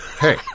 hey